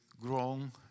grown